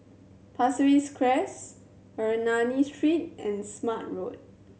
Pasir Ris Crest Ernani Street and Smart Road